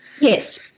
Yes